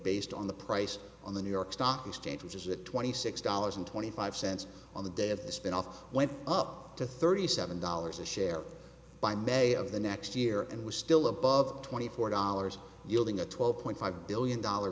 based on the price on the new york stock exchange which is the twenty six dollars and twenty five cents on the day of the spin off went up to thirty seven dollars a share by may of the next year and was still above twenty four dollars yielding a twelve point five billion dollar